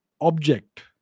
object